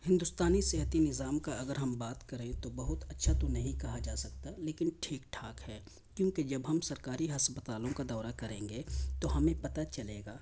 ہندوستانی صحتی نظام کا اگر ہم بات کریں تو بہت اچھا تو نہیں کہا جا سکتا لیکن ٹھیک ٹھاک ہے کیوکہ جب ہم سرکاری ہسپتالوں کا دورہ کریں گے تو ہمیں پتا چلے گا